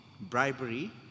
bribery